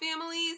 families